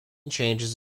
changes